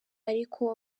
ariko